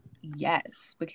Yes